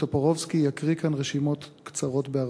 טופורובסקי יקריא כאן רשימות קצרות בהרבה.